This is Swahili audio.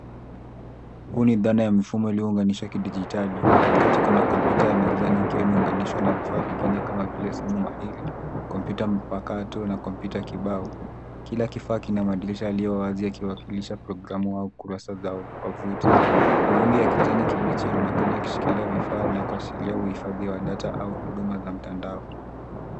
Huu ni dhana ya mifumo iliyounganisha kidijitali katikati kuna kompyuta ya mezani ikiwa imeunganishwa na vifaa vingine kama vile simu mahiri, kompyuta mpakato na kompyuta kibao. Kila kifaa kina madirisha yaliyo wazi yakiwakilisha programu au ukurasa za wavuti. Mawimbi ya kijani kibichi yanaonekana yakishikilia vifaa na kuashiria uhifadhi wa data au huduma za mtandao.